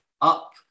up